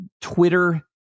Twitter